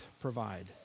provide